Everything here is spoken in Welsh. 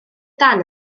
dan